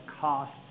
cost